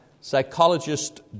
psychologist